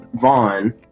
Vaughn